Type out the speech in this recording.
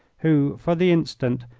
who, for the instant,